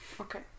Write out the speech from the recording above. Okay